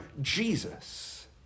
Jesus